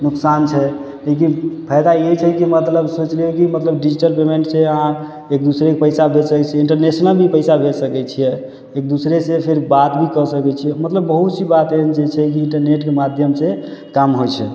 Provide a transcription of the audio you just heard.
नुकसान छै लेकिन फायदा इएहे छै कि मतलब सोचियौ कि मतलब डिजिटल पेमेन्ट छै अहाँ एक दोसराके पैसा भेजै छी इन्टरनेशनल भी पैसा भेज सकय छियै एक दोसरासँ फेर बात भी कऽ सकय छियै मतलब बहुत सी बात एहन जे छै कि इन्टरनेटके माध्यमसँ काम होइ छै